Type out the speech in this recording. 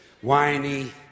Whiny